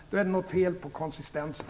Då är det något fel på konsistensen.